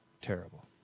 terrible